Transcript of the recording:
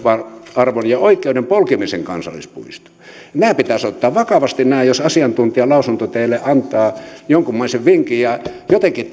arvon ja oikeuden polkemisen kansallispuisto nämä pitäisi ottaa vakavasti jos asiantuntijalausunto teille antaa jonkunmoisen vinkin jotenkin